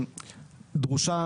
דרושה